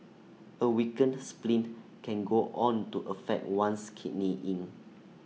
A weakened spleen can go on to affect one's Kidney Yin